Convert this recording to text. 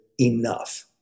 enough